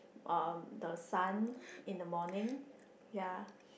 um the sun in the morning ya